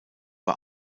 war